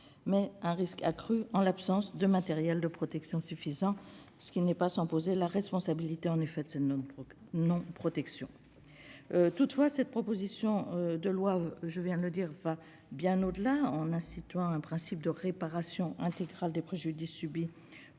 Mais un risque accru en l'absence de matériel de protection suffisant, ce qui n'est pas sans poser la question de la responsabilité de cette absence de protection. Toutefois, cette proposition de loi va bien au-delà en instituant un principe de réparation intégrale des préjudices subis